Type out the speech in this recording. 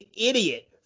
idiot